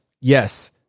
Yes